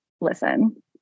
listen